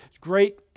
great